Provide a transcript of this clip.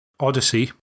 odyssey